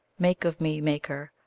make of me, maker,